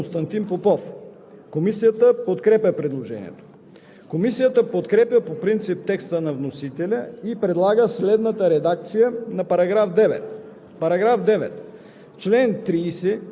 По § 9 има предложение на народния представител Константин Попов. Комисията подкрепя предложението.